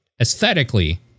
aesthetically